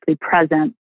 present